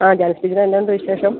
ആ ജലജ ടീച്ചറെ എന്നാ ഉണ്ട് വിശേഷം